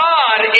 God